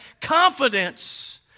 confidence